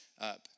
up